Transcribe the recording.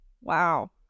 Wow